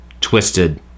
twisted